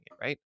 right